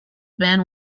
ban